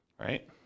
right